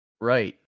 Right